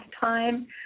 time